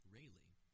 Rayleigh